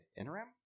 Interim